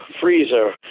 freezer